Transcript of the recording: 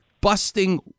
busting